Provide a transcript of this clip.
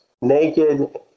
naked